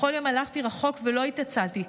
בכל יום הלכתי רחוק ולא התעצלתי.